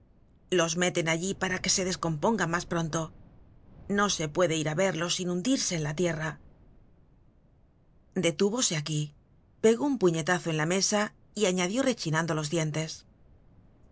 los meten allí para que se descompongan mas pronto no se puede ir á verlos sin hundirse en la tierra detúvose aquí pegó un puñetazo en la mesa y añadió rechinando los dientes